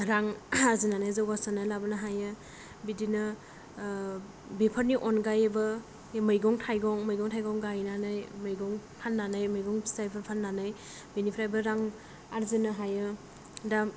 रां आरजिनानै जौगासारनाय लाबोनो हायो बिदिनो बेफोरनि अनगायैबो मैगं थाइगं मैगं थाइगं गायनानै मैगं फाननानै मैगं फिथायफोर फाननानै बेनिफ्राइबो रां आरजिनो हायो दा